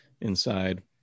inside